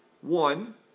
one